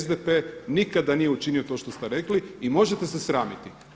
SDP nikada nije učinio to što ste rekli i možete se sramiti.